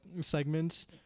segments